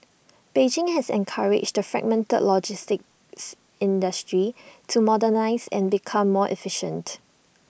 Beijing has encouraged the fragmented logistics industry to modernise and become more efficient